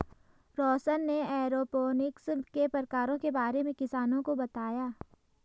रौशन ने एरोपोनिक्स के प्रकारों के बारे में किसानों को बताया